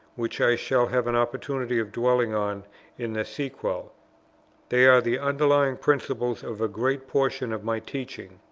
which i shall have an opportunity of dwelling on in the sequel they are the underlying principles of a great portion of my teaching.